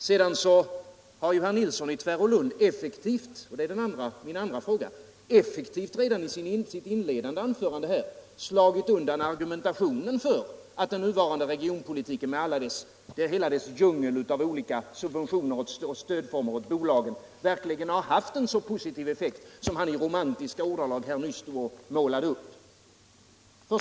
Sedan har herr Nilsson i Tvärålund effektivt — och där kommer min andra fråga in — redan i sitt inledningsanförande slagit undan argumentationen för att den nuvarande regionalpolitiken med hela dess djungel av olika former av stöd åt bolagen verkligen har haft en sådan positiv effekt som han i romantiska ordalag nyss målade upp.